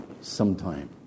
sometime